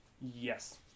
Yes